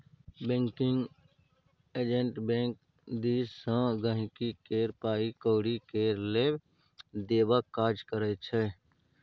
banking agent bank दिस सँ गांहिकी केर पाइ कौरी केर लेब देबक काज करै छै